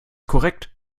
korrekt